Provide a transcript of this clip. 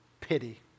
pity